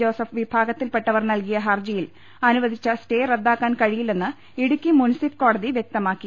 Joseph വിഭാഗത്തിൽപ്പെട്ടവർ നൽകിയ ഹർജിയിൽ അനുവദിച്ച സ്റ്റേ റദ്ദാക്കാൻ കഴിയില്ലെന്ന് ഇടുക്കി മുൻസിഫ് കോടതി വൃക്തമാക്കി